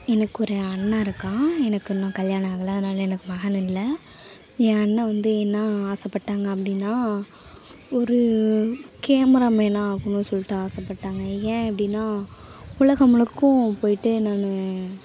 எனக்கு ஒரு அண்ணன் இருக்கான் எனக்கு இன்னும் கல்யாணம் ஆகலை அதனால எனக்கு மகன் இல்லை என் அண்ணன் வந்து என்ன ஆசைப்பட்டாங்க அப்படின்னா ஒரு கேமராமேனாக ஆகணும் சொல்லிட்டு ஆசைப்பட்டாங்க ஏன் இப்படின்னா உலகம் முழுக்கும் போயிட்டு நான்